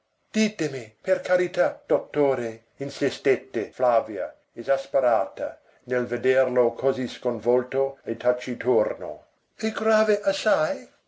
ditemi per carità dottore insistette flavia esasperata nel vederlo così sconvolto e taciturno è grave assai